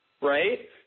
right